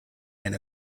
and